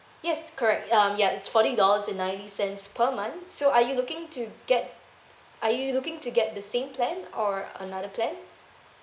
yes correct um yup it's forty dollars and ninety cents per month so are you looking to get are you looking to get the same plan or another plan